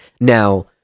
now